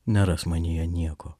neras manyje nieko